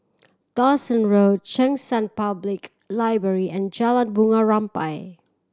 Dawson Road Cheng San Public Library and Jalan Bunga Rampai